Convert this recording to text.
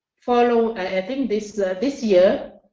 follow i think this this year